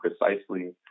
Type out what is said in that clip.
precisely